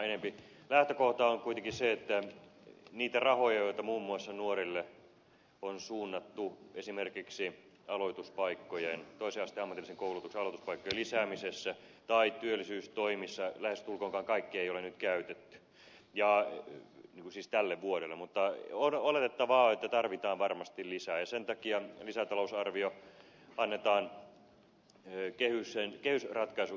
lähtökohta on kuitenkin se että lähestulkoonkaan kaikkia niitä rahoja joita muun muassa nuorille on suunnattu esimerkiksi aloituspaikkojen toisen asteen ammatillisen koulutuksen aloituspaikkojen lisäämisessä tai työllisyystoimissa tälle vuodelle ei ole nyt käytetty mutta oletettavaa on että tarvitaan varmasti lisää ja sen takia lisätalousarvio annetaan kehysratkaisun yhteydessä